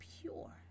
pure